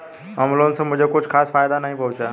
home loan से मुझे कुछ खास फायदा नहीं पहुंचा